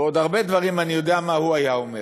ועוד הרבה דברים, אני יודע מה הוא היה אומר,